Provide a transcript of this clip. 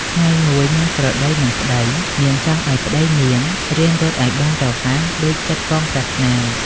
ថ្ងៃមួយ នាងស្រដីនឹងប្តី នាងចង់ឱ្យប្តីនាងរៀនរត់ឱ្យបានរហ័សដូចចិត្តប៉ងប្រាថ្នា។